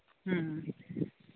ꯎꯝ